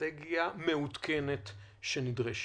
אסטרטגיה מעודכנת נדרשת.